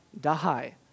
die